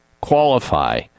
qualify